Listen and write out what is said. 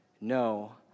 No